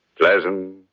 Pleasant